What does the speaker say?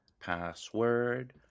Password